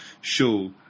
show